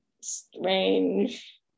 strange